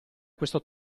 questo